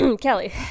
Kelly